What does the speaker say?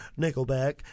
Nickelback